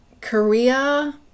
Korea